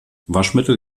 waschmittel